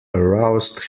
aroused